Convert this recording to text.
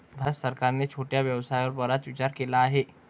भारत सरकारने छोट्या व्यवसायावर बराच विचार केला आहे